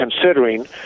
considering